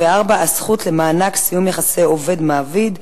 24) (הזכות למענק סיום יחסי עובד ומעביד),